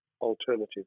alternative